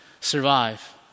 survive